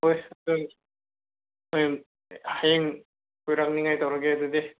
ꯍꯣꯏ ꯑꯗꯨ ꯍꯌꯦꯡ ꯀꯣꯏꯔꯛꯅꯤꯡꯉꯥꯏ ꯇꯧꯔꯒꯦ ꯑꯗꯨꯗꯤ